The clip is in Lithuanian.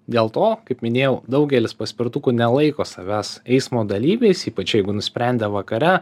dėl to kaip minėjau daugelis paspirtukų nelaiko savęs eismo dalyviais ypač jeigu nusprendė vakare